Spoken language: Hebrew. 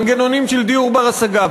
יהיו מנגנונים של דיור בר-השגה.